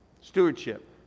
Stewardship